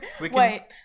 Wait